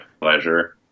pleasure